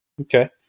Okay